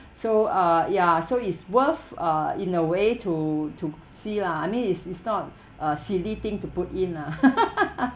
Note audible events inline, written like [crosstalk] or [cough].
so uh ya so it's worth uh in a way to to see lah I mean it's it's not [breath] a silly thing to put in lah [laughs]